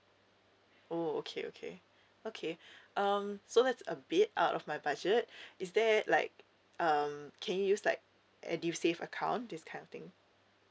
oh okay okay okay um so that's a bit out of my budget is there like um can you use like edusave account this kind of thing